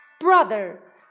Brother